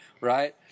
right